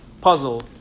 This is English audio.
puzzle